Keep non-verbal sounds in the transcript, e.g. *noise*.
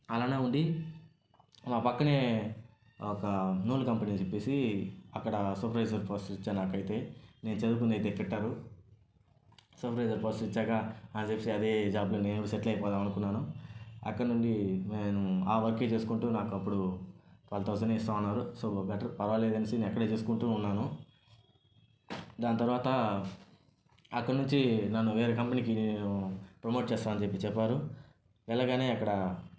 అలానే ఉండి మా పక్కనే ఒక *unintelligible* కంపెనీ అని చెప్పేసి అక్కడ సూపర్వైజర్ పోస్ట్ ఇచ్చారు నాకైతే నేను చదువుకున్న అంది అయితే *unintelligible* సూపర్వైజర్ పోస్ట్ ఇచ్చాక నాకు తెలిసి అదే జాబ్ మీద నేను సెటిల్ అయిపోదాం అనుకున్నాను అక్కడ నుండి నేను ఆ వర్కే చేసుకుంటూ అప్పుడు ట్వెల్వ్ థౌసండ్ ఇస్తున్నారు సో బెటర్ పర్వాలేదని చెప్పేసి అక్కడే చేసుకుంటూ ఉన్నాను దాని తర్వాత అక్కడ నుంచి నన్ను వేరే కంపెనీకి ప్రమోట్ చేస్తా అని చెప్పారు వెళ్ళగానే అక్కడ